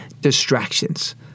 distractions